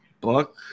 book